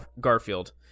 Garfield